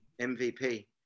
MVP